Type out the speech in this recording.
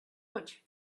much